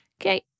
okay